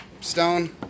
Stone